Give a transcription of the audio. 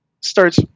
starts